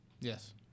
Yes